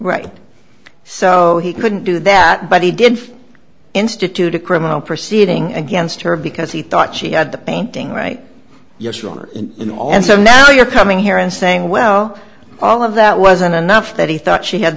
right so he couldn't do that but he did institute a criminal proceeding against her because he thought she had the painting right you're stronger in all and so now you're coming here and saying well all of that wasn't enough that he thought she had